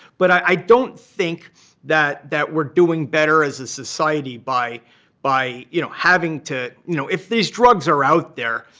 but i don't think that that we're doing better as a society by by you know having to you know if these drugs are out there,